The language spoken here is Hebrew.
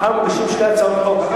מחר מגישים שתי הצעות חוק, אבל